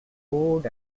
food